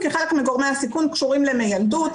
כי חלק מגורמי הסיכון קשורים למיילדות,